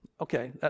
Okay